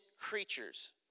creatures